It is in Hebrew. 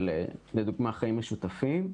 לדוגמא "חיים משותפים"